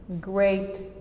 great